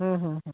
হুম হুম হুম